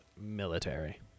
military